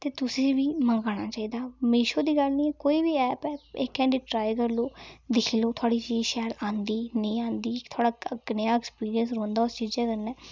ते तुसें बी मंगाना चाहिदा मीशो दी गल्ल नि कोई बी ऐप ऐ इक एंडी ट्राई करी लैओ दिक्खी लैओ थोआड़ी चीज शैल आंदी नेईं आंदी थोआड़ा कनेहा ऐक्सपीरियंस रौह्न्दा उस चीजै कन्नै